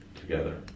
together